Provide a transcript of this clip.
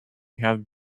had